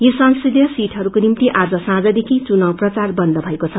यी संसदीय सिटहस्को निमित आज सौंण्देखि चवुनाव प्रचार बन्द भएको छ